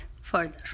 further